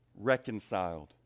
Reconciled